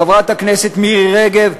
חברת הכנסת מירי רגב,